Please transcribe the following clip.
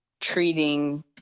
treating